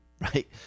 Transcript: right